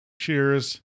Cheers